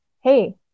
hey